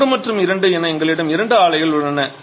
1 மற்றும் இது 2 என எங்களிடம் இரண்டு ஆலைகள் உள்ளன